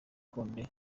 condé